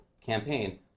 campaign